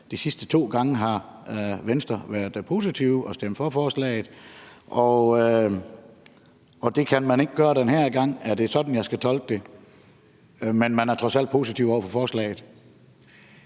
de sidste to gange har Venstre været positive og stemt for forslaget, og det kan man ikke gøre den her gang, men at man trods alt er positiv over for forslaget.